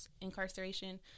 incarceration